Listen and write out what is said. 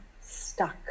stuck